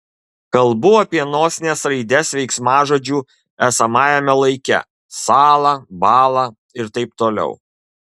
kalbu apie nosines raides veiksmažodžių esamajame laike sąla bąla ir taip toliau